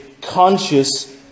conscious